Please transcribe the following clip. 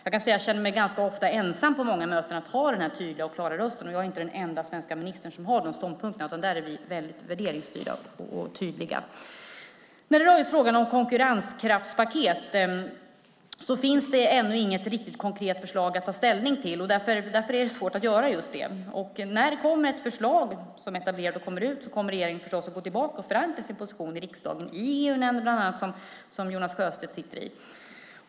På många möten känner jag mig ensam om att ha denna tydliga och klara röst. Men jag är inte den enda svenska ministern som har dessa ståndpunkter, utan där är vi mycket värderingsstyrda och tydliga. När det gäller frågan om ett konkurrenskraftspaket finns det ännu inte något riktigt konkret förslag att ta ställning till. Därför är det svårt att göra just det. När det kommer ett förslag som är etablerat kommer regeringen förstås att gå tillbaka till riksdagen för att förankra sin position i bland annat EU-nämnden som Jonas Sjöstedt sitter i.